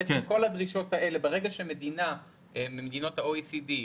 ברגע שמדינה ממדינות ה-OECD,